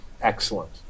excellent